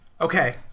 Okay